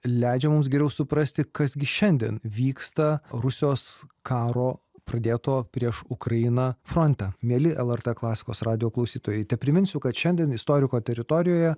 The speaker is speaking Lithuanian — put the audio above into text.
leidžia mums geriau suprasti kas gi šiandien vyksta rusijos karo pradėto prieš ukrainą fronte mieli lrt klasikos radijo klausytojai tepriminsiu kad šiandien istoriko teritorijoje